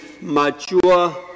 mature